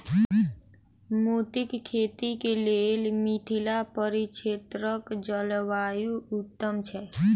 मोतीक खेती केँ लेल मिथिला परिक्षेत्रक जलवायु उत्तम छै?